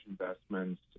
investments